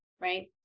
right